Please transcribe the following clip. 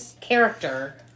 character